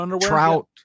trout